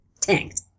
tanked